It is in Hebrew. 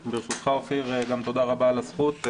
ברשותך, אופיר, גם תודה רבה על הזכות,